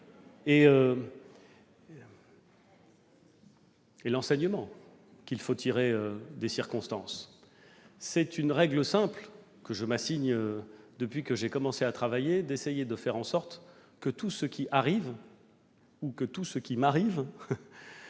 et l'enseignement qu'il faut tirer des circonstances. C'est une règle simple, que je m'assigne depuis que j'ai commencé à travailler, d'essayer de faire en sorte que tout ce qui arrive ou que tout ce qui m'arrive